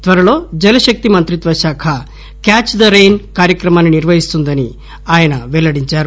త్వరలో జల్ శక్తి మంత్రిత్వ శాఖ క్యాద్ ద రెయిన్ కార్యక్రమాన్ని నిర్వహిస్తుందని ఆయన పెల్లడించారు